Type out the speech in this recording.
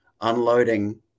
Unloading